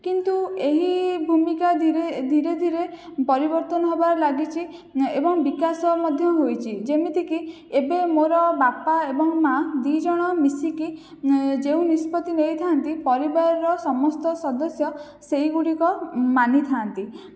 କିନ୍ତୁ ଏହି ଭୂମିକା ଧୀରେ ଧୀରେ ଧୀରେ ପରିବର୍ତ୍ତନ ହେବାରେ ଲାଗିଛି ଏବଂ ବିକାଶ ମଧ୍ୟ ହୋଇଛି ଯେମିତିକି ଏବେ ମୋର ବାପା ଏବଂ ମା' ଦୁଇଜଣ ମିଶିକି ଯେଉଁ ନିଷ୍ପତ୍ତି ନେଇଥାନ୍ତି ପରିବାରର ସମସ୍ତ ସଦସ୍ୟ ସେହିଗୁଡ଼ିକ ମାନିଥାନ୍ତି